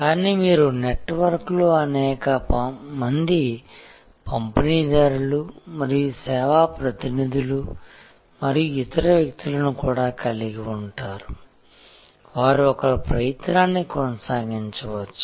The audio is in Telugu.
కానీ మీరు నెట్వర్క్లో అనేక మంది పంపిణీదారులు మరియు సేవా ప్రతినిధులు మరియు ఇతర వ్యక్తులను కూడా కలిగి ఉంటారు వారు ఒకరి ప్రయత్నాన్ని కొనసాగించవచ్చు